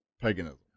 paganism